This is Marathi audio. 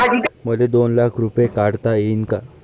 मले दोन लाख रूपे काढता येईन काय?